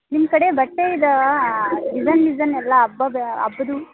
ನಿಮ್ಮ ಕಡೆ ಬಟ್ಟೆ ಇದಾವಾ ಡಿಸೈನ್ ಡಿಸೈನ್ ಎಲ್ಲ ಹಬ್ಬದ ಹಬ್ಬದು